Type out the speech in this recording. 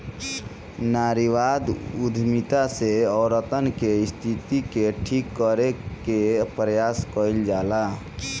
नारीवादी उद्यमिता से औरतन के स्थिति के ठीक करे कअ प्रयास कईल जाला